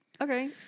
Okay